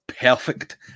perfect